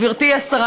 גברתי השרה,